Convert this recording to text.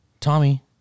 Tommy